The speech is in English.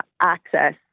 access